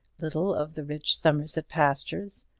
little of the rich somersetshire pastures,